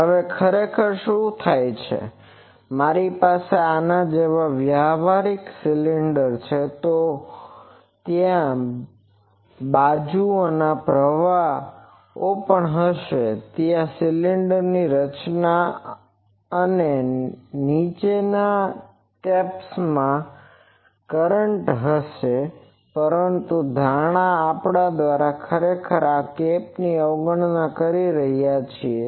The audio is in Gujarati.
હવે ખરેખર શું થાય છે જો મારી પાસે આના જેવા વ્યવહારુ સિલિન્ડર છે તો ત્યાં બાજુઓનાં પ્રવાહો પણ હશે ત્યાં સિલિન્ડરની ટોચની અને નીચેની કેપ્સમાં પણ કરંટ હશે પરંતુ આ ધારણા દ્વારા આપણે ખરેખર આ કેપની અવગણના કરી રહ્યા છીએ